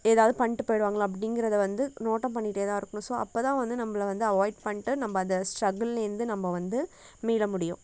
எதாவது பண்ணிட்டு போயிடுவாங்களோ அப்படிங்குறத வந்து நோட்டம் பண்ணிட்டேதான் இருக்கணும் ஸோ அப்போதான் வந்து நம்மள வந்து அவாய்ட் பண்ணிட்டு நம்ம அதை ஸ்ட்ரகிலேந்து நம்ம வந்து மீற முடியும்